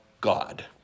God